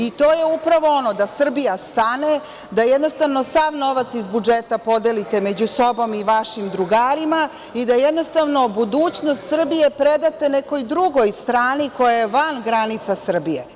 I to je u pravo ono – da Srbija stane, da jednostavno sav novac iz budžeta podelite među sobom i vašim drugarima i da jednostavno budućnost Srbije predate nekoj drugoj strani koja je van granica Srbije.